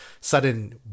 sudden